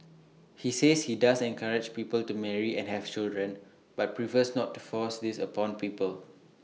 he says he does encourage people to marry and have children but prefers not to force this upon people